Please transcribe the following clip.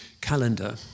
calendar